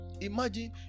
imagine